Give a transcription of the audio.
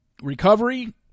recovery